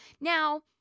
now